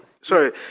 sorry